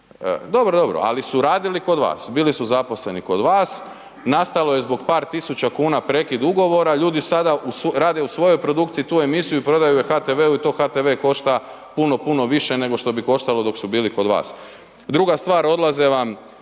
Dobro, dobro ali su radili kod vas, bili su zaposleni kod vas, nastalo je zbog par tisuća kuna prekid ugovora, ljudi sada rade u svojoj produkciji tu emisiju i prodaju je HTV-u i to HTV košta puno, puno više nego što bi koštalo dok su bili kod vas. Druga stvar, odlaze vam